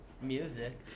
music